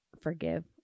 forgive